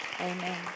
Amen